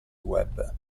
web